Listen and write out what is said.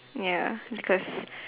ya because